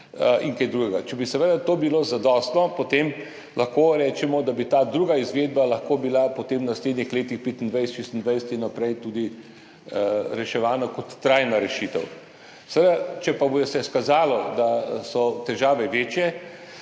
in kaj drugega. Če bi to seveda zadostovalo, potem lahko rečemo, da bi bila ta druga izvedba lahko potem v naslednjih letih 2025, 2026 in naprej tudi reševana kot trajna rešitev. Seveda, če pa bi se izkazalo, da so težave večje,